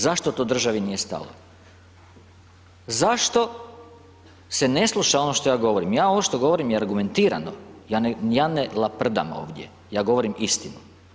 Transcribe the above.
Zašto to državi nije stalo, zašto se ne sluša ono što ja govori, ja ono što govorim je argumentirano, ja ne laprdam ovdje, ja govorim istinu.